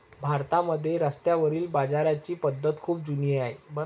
भारतामध्ये रस्त्यावरील बाजाराची पद्धत खूप जुनी आहे